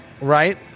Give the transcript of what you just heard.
Right